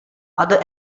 other